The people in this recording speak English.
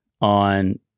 on